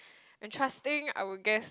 entrusting I would guess